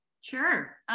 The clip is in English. Sure